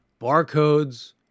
barcodes